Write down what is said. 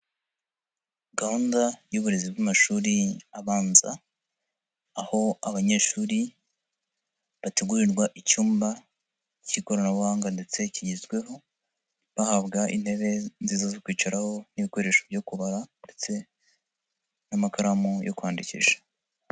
Gahunda y'uburezi bw'amashuri abanza aho abanyeshuri bategurirwa icyumba cy'ikoranabuhanga ndetse kigezweho bahabwa intebe nziza zo kwicaraho n'ibikoresho byo kubara ndetse n'amakaramu yo kwandikisha.